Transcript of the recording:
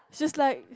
she is like